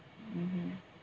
mmhmm